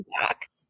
back